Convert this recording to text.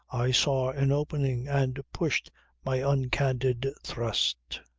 i saw an opening and pushed my uncandid thrust.